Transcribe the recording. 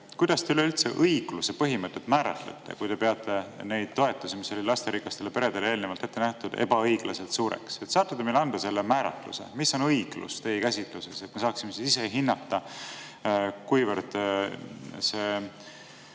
kuidas te üldse õigluse põhimõtet määratlete, kui te peate neid toetusi, mis olid lasterikastele peredele eelnevalt ette nähtud, ebaõiglaselt suureks. Saate te anda meile selle määratluse, mis on õiglus teie käsitluses, et me saaksime ise hinnata, kuivõrd see